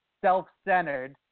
Self-centered